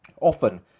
often